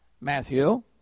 Matthew